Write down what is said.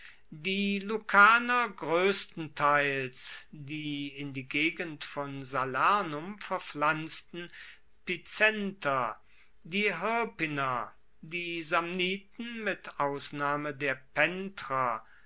die lucaner groesstenteils die in die gegend von salernum verpflanzten picenter die hirpiner die samniten mit ausnahme der